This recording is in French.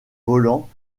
volants